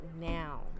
now